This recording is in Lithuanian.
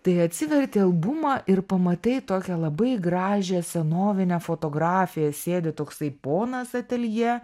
tai atsiverti albumą ir pamatai tokią labai gražią senovinę fotografiją sėdi toksai ponas atelje